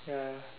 ya